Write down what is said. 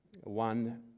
One